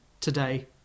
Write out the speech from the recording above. today